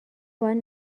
باید